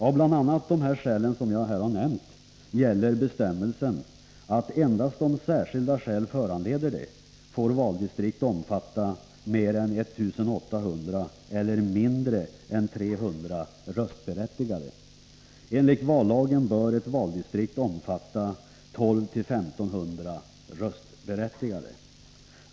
Av bl.a. nämnda orsaker gäller bestämmelsen att endast om särskilda skäl föranleder det får valdistrikt omfatta mer än 1 800 eller mindre än 300 röstberättigade. Enligt vallagen bör ett valdistrikt omfatta 1 200 1 500 röstberättigade.